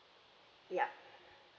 ya